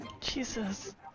Jesus